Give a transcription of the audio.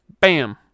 Bam